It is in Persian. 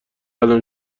الان